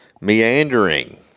Meandering